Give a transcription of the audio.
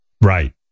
Right